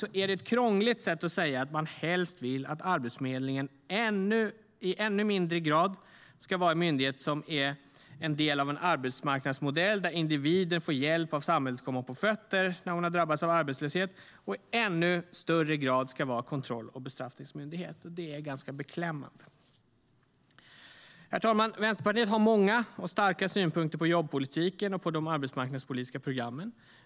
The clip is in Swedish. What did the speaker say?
Det är ett krångligt sätt att säga att man helst vill att Arbetsförmedlingen i ännu mindre grad ska vara en myndighet som är en del av en arbetsmarknadsmodell där individer får hjälp av samhället att komma på fötter när de har drabbats av arbetslöshet och i ännu större grad ska vara en kontroll och bestraffningsmyndighet. Det är ganska beklämmande. Herr talman! Vänsterpartiet har många och starka synpunkter på jobbpolitiken och på de arbetsmarknadspolitiska programmen.